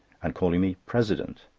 and calling me president.